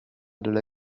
della